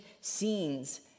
scenes